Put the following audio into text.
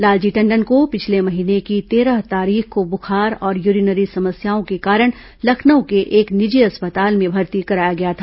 लालजी टंडन को पिछले महीने की तेरह तारीख को बुखार और यूरीनरी समस्याओं के कारण लखनऊ के एक निजी अस्पताल में भर्ती कराया गया था